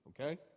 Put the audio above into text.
Okay